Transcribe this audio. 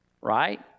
right